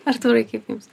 artūrai kaip jums